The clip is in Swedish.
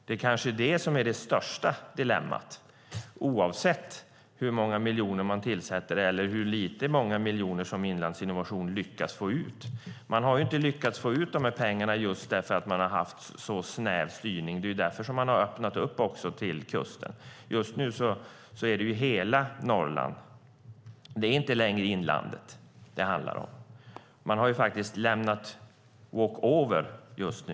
Det är kanske det största dilemmat, oavsett hur många miljoner som man tillför eller hur få miljoner som Inlandsinnovation lyckas få ut. Man har inte lyckats få ut dessa pengar just därför att man har haft en så snäv styrning. Det är därför som man också har öppnat upp detta till kusten. Just nu handlar det om hela Norrland. Det handlar inte längre om inlandet. Man har faktiskt lämnat walk over just nu.